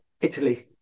Italy